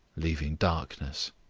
leaving darkness.